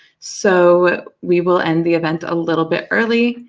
so we will end the event a little bit early,